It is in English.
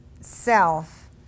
self